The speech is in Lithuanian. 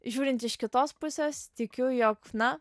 žiūrint iš kitos pusės tikiu jog na